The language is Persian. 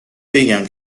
بگم